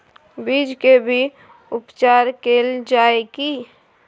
बीज के भी उपचार कैल जाय की?